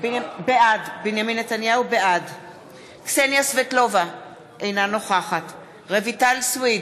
בעד קסניה סבטלובה, אינה נוכחת רויטל סויד,